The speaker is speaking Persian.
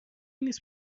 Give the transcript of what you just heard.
نیست